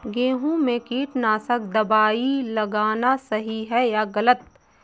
गेहूँ में कीटनाशक दबाई लगाना सही है या गलत?